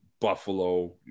Buffalo